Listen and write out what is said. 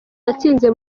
yatsinze